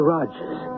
Rogers